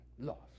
lost